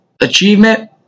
achievement